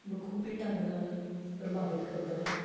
ਬਖੂਬੀ ਢੰਗ ਨਾਲ ਪ੍ਰਭਾਵਿਤ ਕਰਦਾ ਹੈ